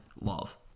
love